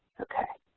okay.